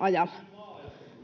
ajalla.